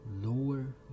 lower